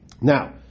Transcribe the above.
Now